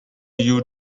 you